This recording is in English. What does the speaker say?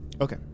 Okay